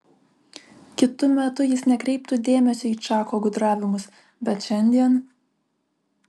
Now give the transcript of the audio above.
kitu metu jis nekreiptų dėmesio į čako gudravimus bet šiandien